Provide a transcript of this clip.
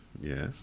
Yes